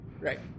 Right